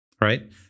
right